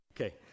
Okay